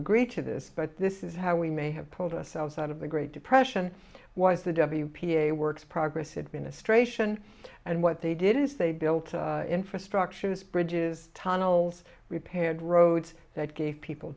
agree to this but this is how we may have pulled us outside of the great depression was the w p a works progress administration and what they did is they built infrastructures bridges tunnels repaired roads that gave people